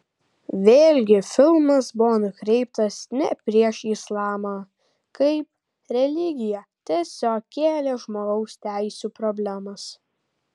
vėlgi filmas buvo nukreiptas ne prieš islamą kaip religiją tiesiog kėlė žmogaus teisių problemas